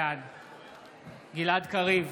בעד גלעד קריב,